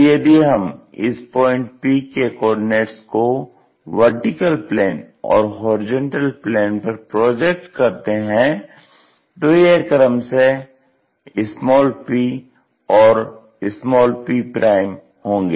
तो यदि हम इस पॉइंट P के कॉर्डिनेट्स को VP और HP पर प्रोजेक्ट करते हैं तो यह क्रमशः p और p होंगे